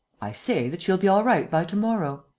i say that she'll be all right by to-morrow.